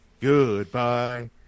goodbye